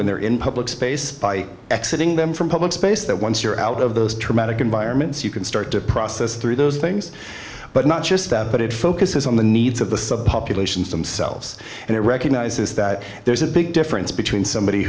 when they're in public space by exit in them from a public space that once you're out of those traumatic environments you can start to process through those things but not just that but it focuses on the needs of the subpopulations themselves and it recognizes that there's a big difference between somebody